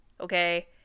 Okay